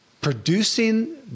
producing